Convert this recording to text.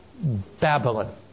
Babylon